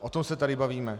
O tom se tady bavíme.